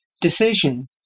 decision